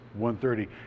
130